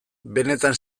benetan